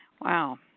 Wow